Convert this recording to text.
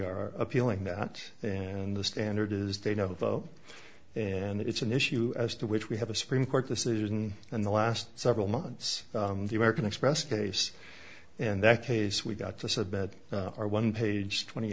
are appealing that and the standard is they know that though and it's an issue as to which we have a supreme court decision in the last several months the american express case in that case we've got to submit our one page twenty